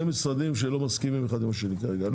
משרדים שלא מסכימים אחד עם השני כרגע.